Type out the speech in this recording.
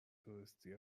تروریستی